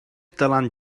dylan